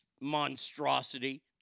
monstrosity